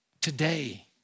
today